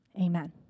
amen